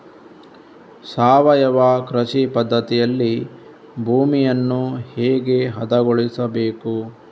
ಸಾವಯವ ಕೃಷಿ ಪದ್ಧತಿಯಲ್ಲಿ ಭೂಮಿಯನ್ನು ಹೇಗೆ ಹದಗೊಳಿಸಬೇಕು?